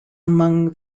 among